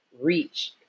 reach